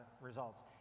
results